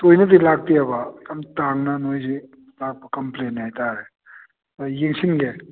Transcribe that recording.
ꯇꯣꯏꯅꯗꯤ ꯂꯥꯛꯇꯦꯕ ꯌꯥꯝ ꯇꯥꯡꯅ ꯃꯣꯏꯁꯤ ꯂꯥꯛꯄ ꯀꯝꯄ꯭ꯂꯦꯟꯅꯤ ꯍꯥꯏꯇꯔꯦ ꯌꯦꯡꯁꯤꯟꯒꯦ